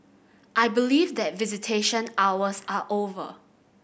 I believe that visitation hours are over